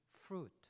fruit